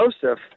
Joseph